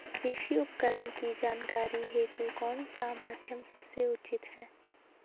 कृषि उपकरण की जानकारी हेतु कौन सा माध्यम सबसे उचित है?